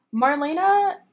Marlena